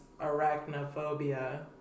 arachnophobia